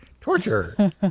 Torture